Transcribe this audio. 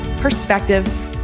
perspective